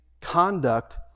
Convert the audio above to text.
conduct